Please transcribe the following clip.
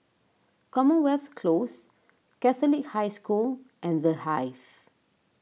Commonwealth Close Catholic High School and the Hive